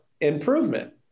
improvement